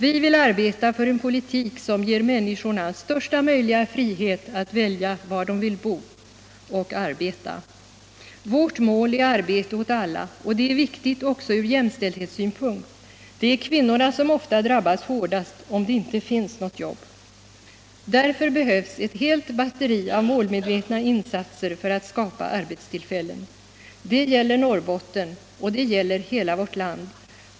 Vi vill arbeta för en politik som ger människorna största möjliga frihet att välja var de vill bo och arbeta. Vårt mål är arbete åt alla, och det är viktigt också från jämställdhetssynpunkt. Det är ofta kvinnorna som drabbas hårdast om det inte finns något jobb. Därför behövs ett helt batteri av målmedvetna insatser för att skapa arbetstillfällen. Det gäller Norrbotten, och det gäller hela vårt land.